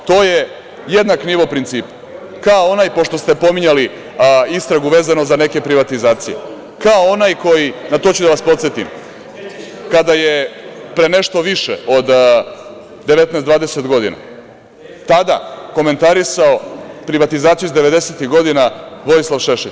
To je jednak nivo principa kao onaj, pošto ste pominjali istragu vezano za neke privatizacije, na to ću da vas podsetim, kada je pre nešto više od 19, 20 godina tada komentarisao privatizaciju iz devedesetih godina Vojislav Šešelj.